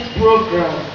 program